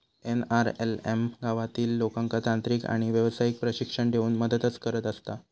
NRLM गावातील लोकांका तांत्रिक आणि व्यावसायिक प्रशिक्षण देऊन मदतच करत असता